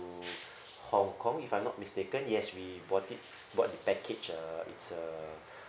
to Hong-Kong if I'm not mistaken yes we bought it bought the package uh it's a